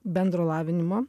bendro lavinimo